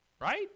Right